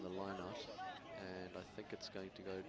on the line and i think it's going to go